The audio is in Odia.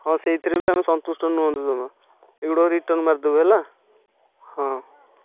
ହଁ ସେଇଥିରେ ବି ଆମେ ସନ୍ତୁଷ୍ଟ ନୁହେଁ ଜମା ଏଗୁଡ଼ାକ ରିଟନ ମାରିଦେବି ହେଲା ହଁ